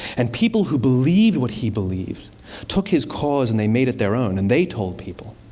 and people who believed what he believed took his cause, and they made it their own, and they told people.